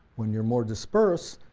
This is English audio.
when you're more dispersed,